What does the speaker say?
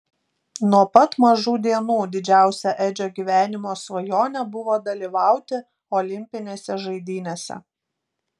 nuo pat mažų dienų didžiausia edžio gyvenimo svajonė buvo dalyvauti olimpinėse žaidynėse